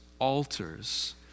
altars